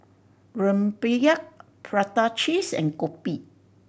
rempeyek prata cheese and kopi